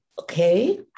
Okay